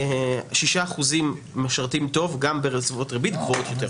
שישה אחוזים משרתים טוב גם בסביבות ריבית גבוהות יותר.